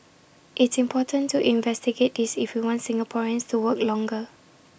it's important to investigate this if we want Singaporeans to work longer